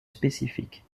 spécifiques